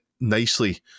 nicely